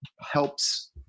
helps